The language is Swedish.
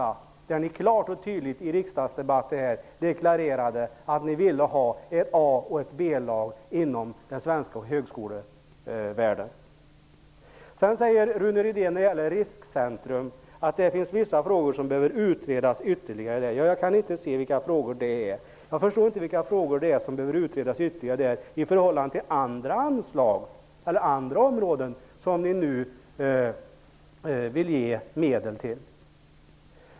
Då deklarerade ni klart och tydligt i riksdagsdebatten att ni ville ha ett A och ett I fråga om Riskcentrum säger Rune Rydén att det finns vissa frågor som behöver utredas ytterligare. Jag kan inte se vilka frågor det är. Jag förstår inte vilka frågor det är som behöver utredas ytterligare i förhållande till andra anslag eller områden som ni vill ge medel till.